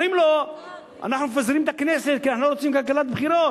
אומרים לו שאנחנו מפזרים את הכנסת כי אנחנו לא רוצים כלכלת בחירות,